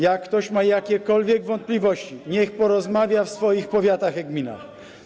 Jak ktoś ma jakiekolwiek wątpliwości, niech porozmawia w swoich powiatach i gminach.